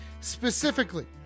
specifically